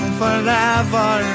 forever